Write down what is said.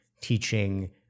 teaching